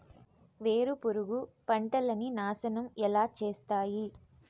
వేరుపురుగు పంటలని నాశనం ఎలా చేస్తాయి?